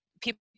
people